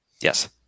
yes